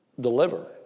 deliver